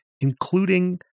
including